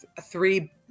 three